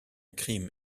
crime